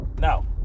Now